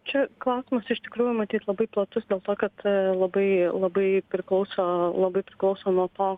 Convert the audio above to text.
čia klausimas iš tikrųjų matyt labai platus dėl to kad labai labai priklauso labai priklauso nuo to